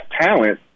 talent